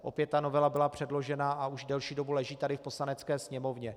Opět ta novela byla předložena a už delší dobu leží tady v Poslanecké sněmovně.